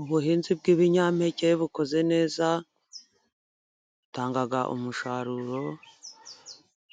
Ubuhinzi bw'ibinyampeke bukoze neza butanga umusaruro,